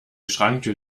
schranktür